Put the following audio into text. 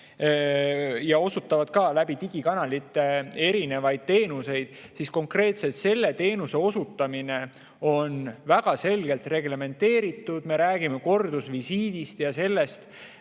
ja osutavad ka digikanalite kaudu erinevaid teenuseid – konkreetselt selle teenuse osutamine on väga selgelt reglementeeritud. Me räägime kordusvisiidist ja sellest,